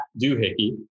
doohickey